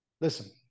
Listen